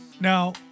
Now